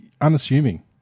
unassuming